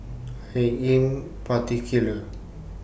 I Am particular